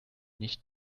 nicht